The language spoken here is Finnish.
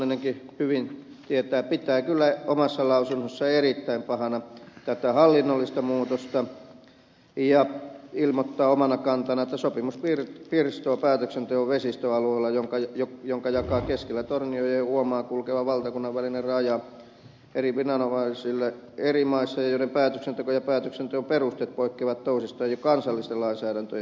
manninenkin hyvin tietää pitää kyllä omassa lausunnossaan erittäin pahana tätä hallinnollista muutosta ja ilmoittaa omana kantanaan että sopimus pirstoo päätöksenteon vesistöalueella jonka jakaa keskellä tornionjoen uomaa kulkeva valtakunnan välinen raja eri maissa eri viranomaisille joiden päätöksenteko ja päätöksenteon perusteet poikkeavat toisistaan jo kansallisten lainsäädäntöjen perusteella